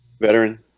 veteran